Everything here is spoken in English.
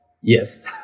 Yes